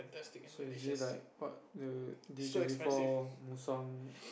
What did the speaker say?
so is it like what the D twenty four Mustang